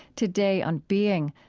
today, on being,